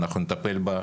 אנחנו נטפל בה,